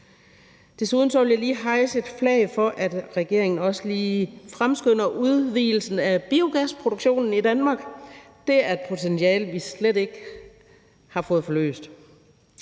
Desuden vil jeg lige hejse et flag for, at regeringen også fremskynder udvidelsen af biogasproduktionen i Danmark. Det er et potentiale, vi slet ikke har fået løst.